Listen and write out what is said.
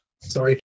Sorry